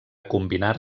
combinar